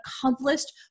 accomplished